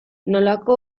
nolako